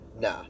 Nah